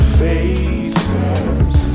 faces